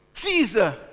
Caesar